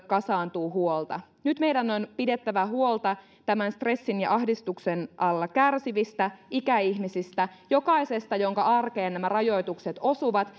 kasaantuu huolta nyt meidän on pidettävä huolta tämän stressin ja ahdistuksen alla kärsivistä ikäihmisistä jokaisesta jonka arkeen nämä rajoitukset osuvat